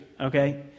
okay